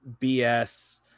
BS